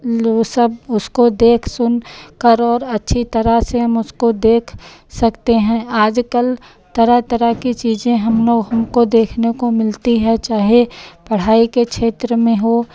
लो सब उसको देख सुन कर और अच्छी तरह से हम उसको देख सकते हैं आज कल तरह तरह की चीजें हम लोग हमको देखने को मिलती है चाहे पढ़ाई के क्षेत्र में हो